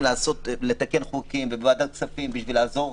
לתקן חוקים ובוועדת הכספים בשביל לעזור.